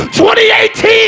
2018